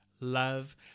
love